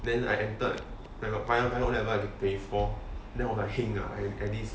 then I entered like brian found out that all was twenty four like heng ah at least